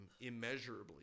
immeasurably